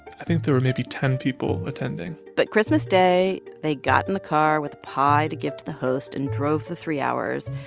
i think there were maybe ten people attending but christmas day, they got in the car with a pie to give to the host and drove for three hours.